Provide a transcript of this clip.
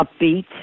upbeat